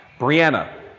Brianna